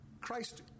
Christ